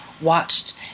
Watched